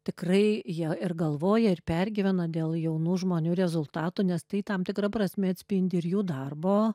tikrai jie ir galvoja ir pergyvena dėl jaunų žmonių rezultatų nes tai tam tikra prasme atspindi ir jų darbo